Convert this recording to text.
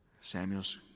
Samuel's